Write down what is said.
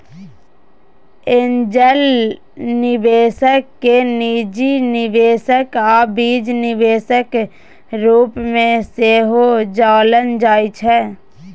angel निबेशक केँ निजी निबेशक आ बीज निबेशक रुप मे सेहो जानल जाइ छै